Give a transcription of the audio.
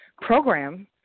program